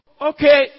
Okay